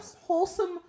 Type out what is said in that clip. wholesome